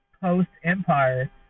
post-Empire